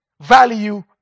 Value